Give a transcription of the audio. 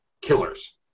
killers